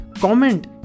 Comment